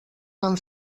van